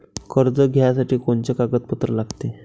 कर्ज घ्यासाठी कोनचे कागदपत्र लागते?